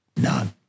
None